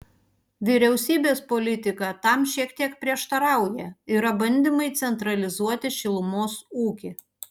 vyriausybės politika tam šiek tiek prieštarauja yra bandymai centralizuoti šilumos ūkį